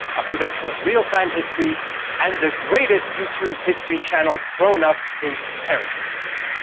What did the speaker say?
a production of real time history and the greatest youtube history channel thrown up since pericles.